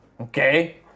Okay